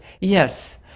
yes